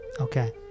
Okay